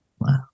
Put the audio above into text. Wow